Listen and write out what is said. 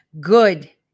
good